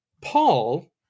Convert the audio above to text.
Paul